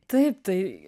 taip tai